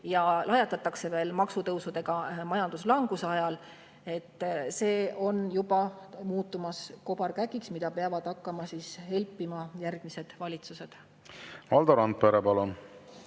ja lajatatakse veel maksutõusudega majanduslanguse ajal. See on juba muutumas kobarkäkiks, mida peavad hakkama helpima järgmised valitsused. Aitäh, kolleeg